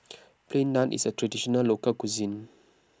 Plain Naan is a Traditional Local Cuisine